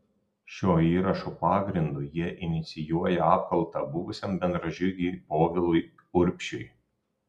šio įrašo pagrindu jie inicijuoja apkaltą buvusiam bendražygiui povilui urbšiui